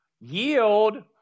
yield